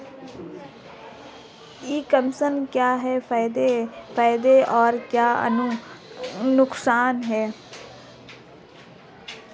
ई commerce के क्या क्या फायदे और क्या क्या नुकसान है?